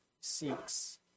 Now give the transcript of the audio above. seeks